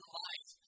life